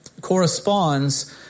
corresponds